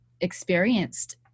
experienced